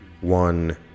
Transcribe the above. one